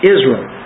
Israel